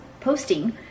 posting